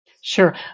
Sure